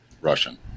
Russian